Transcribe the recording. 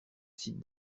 site